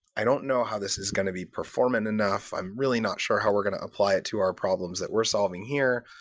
i don't know how this is going to be performant enough. i'm really not sure how we're going to apply it to our problems that we're solving here,